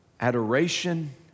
adoration